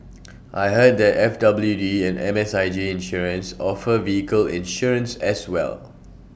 I heard that F W D and M S I G insurance offer vehicle insurance as well